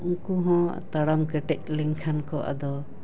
ᱩᱱᱠᱩ ᱦᱚᱸ ᱛᱟᱲᱟᱢ ᱠᱮᱴᱮᱡ ᱞᱮᱱᱠᱷᱟᱱ ᱠᱚ ᱟᱫᱚ